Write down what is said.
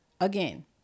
again